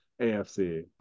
AFC